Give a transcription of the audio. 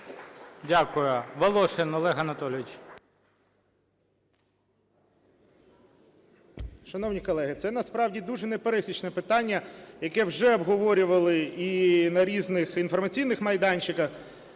Дякую. Волошин Олег Анатолійович.